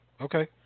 Okay